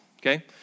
okay